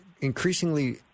increasingly